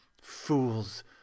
Fools